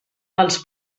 els